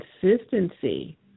consistency